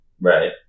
Right